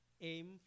aim